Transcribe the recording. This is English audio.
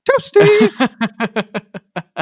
Toasty